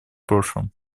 прошлом